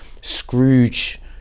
Scrooge